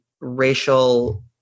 racial